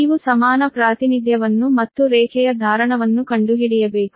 ನೀವು ಸಮಾನ ಪ್ರಾತಿನಿಧ್ಯವನ್ನು ಮತ್ತು ರೇಖೆಯ ಧಾರಣವನ್ನು ಕಂಡುಹಿಡಿಯಬೇಕು